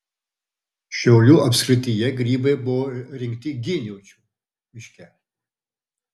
šiaulių apskrityje grybai buvo rinkti giniočių miške